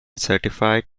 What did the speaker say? certified